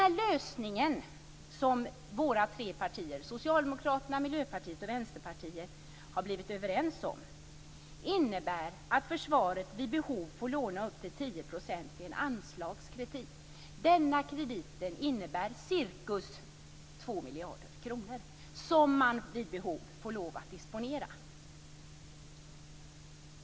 Den lösning som våra tre partier Socialdemokraterna, Miljöpartiet och Vänsterpartiet har blivit överens om innebär att försvaret vid behov får låna upp till 10 % i en anslagskredit. Denna kredit innebär ca 2 miljarder kronor som man vid behov får disponera.